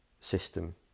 system